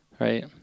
right